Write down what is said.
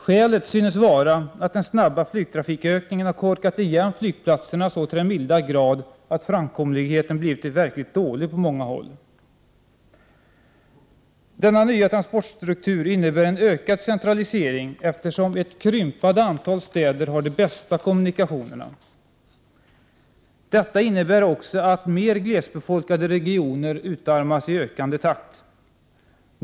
Skälet synes vara att den snabba flygtrafikökningen har korkat igen flygplatserna så till den milda grad, att framkomligheten blivit verkligt dålig på många håll. Denna nya transportstruktur innebär en ökad centralisering, eftersom ett krympande antal städer har de bästa kommunikationerna. Detta innebär också att mer glesbefolkade regioner utarmas i ökande takt.